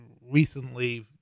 recently